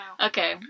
Okay